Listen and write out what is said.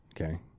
okay